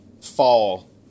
fall